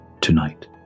tonight